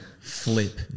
flip